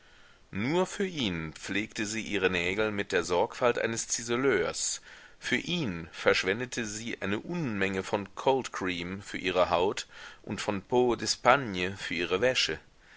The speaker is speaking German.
nur für ihn pflegte sie ihre nägel mit der sorgfalt eines ziseleurs für ihn verschwendete sie eine unmenge von coldcream für ihre haut und von peau d'espagne für ihre wäsche